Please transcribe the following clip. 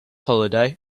holiday